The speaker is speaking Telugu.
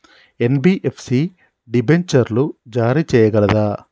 ఎన్.బి.ఎఫ్.సి డిబెంచర్లు జారీ చేయగలదా?